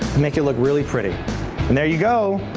make it look. really pretty and there you go.